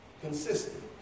consistent